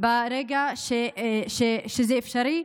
ברגע שזה אפשרי,